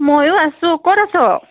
মইয়ো আছো ক'ত আছ